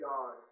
God